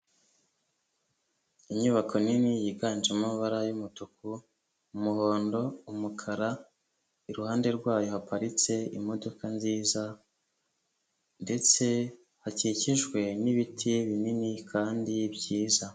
Inyubako nini yiganjemo amabara y'umutuku, umuhondo, umukara, iruhande rwayo haparitse imodoka nziza ndetse hakikijwe nibiti binini kandi byiza.